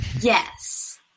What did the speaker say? Yes